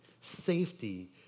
safety